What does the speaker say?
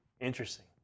Interesting